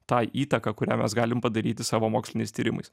tą įtaką kurią mes galim padaryti savo moksliniais tyrimais